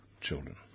children